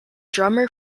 drummer